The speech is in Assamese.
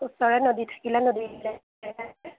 ওচৰত নদী থাকিলে নদীলৈ যায়